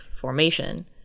formation